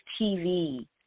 TV